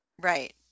Right